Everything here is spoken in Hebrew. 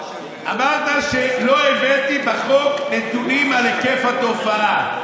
אמרת שלא הבאתי נתונים על היקף התופעה.